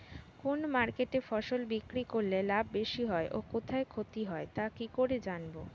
কোন মার্কেটে ফসল বিক্রি করলে লাভ বেশি হয় ও কোথায় ক্ষতি হয় তা কি করে জানবো?